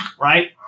right